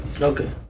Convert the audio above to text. Okay